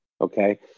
okay